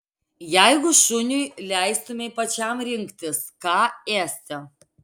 jeigu šuniui leistumei pačiam rinktis ką ėsti